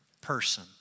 person